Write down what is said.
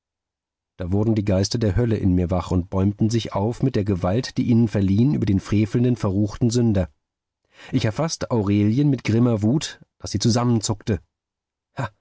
da wurden die geister der hölle in mir wach und bäumten sich auf mit der gewalt die ihnen verliehen über den frevelnden verruchten sünder ich erfaßte aurelien mit grimmer wut daß sie zusammenzuckte